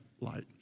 light